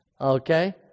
Okay